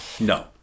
No